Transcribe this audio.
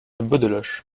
beaudeloche